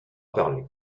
parlé